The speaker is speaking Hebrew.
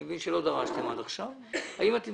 אני מבין שלא דרשתם עד עכשיו אבל האם אתם